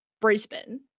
Brisbane